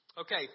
Okay